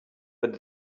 but